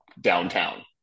downtown